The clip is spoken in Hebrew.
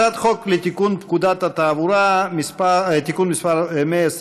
הצעת חוק לתיקון פקודת התעבורה (מס' 125),